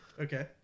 okay